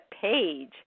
page